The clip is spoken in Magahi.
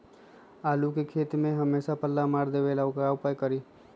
आलू के खेती में हमेसा पल्ला मार देवे ला का उपाय करी?